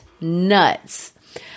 nuts